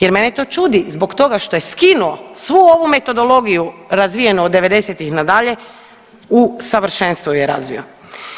Jer mene to čudi zbog toga što je skinuo svu ovu metodologiju razvijenu od 90-ih na dalje u savršenstvo ju je razvio.